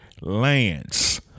Lance